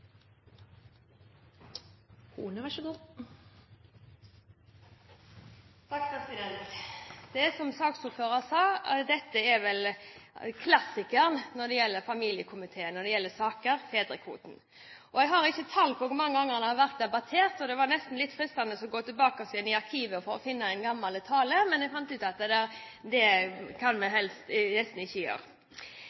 som saksordføreren sa, fedrekvoten er klassikeren når det gjelder saker i familiekomiteen. Jeg har ikke tall på hvor mange ganger det har vært debattert, og det var nesten litt fristende å gå tilbake i arkivet for å finne en gammel tale, men jeg fant ut at det kan man nesten ikke gjøre. Dette temaet viser store forskjeller mellom høyresiden og de rød-grønne når det